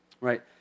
Right